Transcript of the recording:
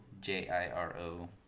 J-I-R-O